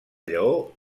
lleó